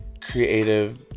creative